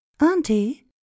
Auntie